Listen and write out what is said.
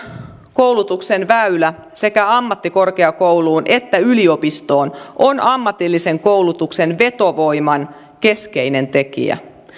koulutuksen väylä sekä ammattikorkeakouluun että yliopistoon on ammatillisen koulutuksen vetovoiman keskeinen tekijä